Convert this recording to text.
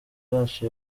yacu